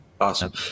Awesome